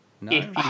No